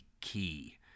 key